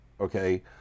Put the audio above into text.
Okay